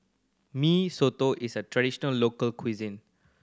Mee Soto is a traditional local cuisine